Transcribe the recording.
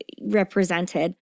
represented